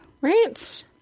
Right